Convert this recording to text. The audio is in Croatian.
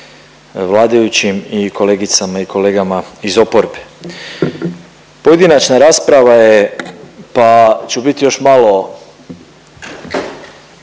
vladajućim i kolegicama i kolegama iz oporbe. Pojedinačna rasprava je, pa ću biti još malo,